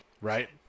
Right